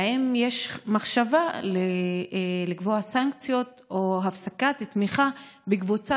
והאם יש מחשבה לקבוע סנקציות או הפסקת תמיכה בקבוצה